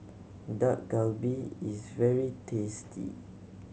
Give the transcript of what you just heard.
Dak Galbi is very tasty